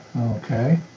Okay